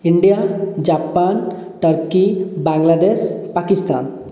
India Japan turkey Bangladesh Pakistan